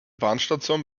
bahnstation